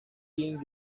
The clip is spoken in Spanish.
king